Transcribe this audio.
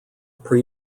pre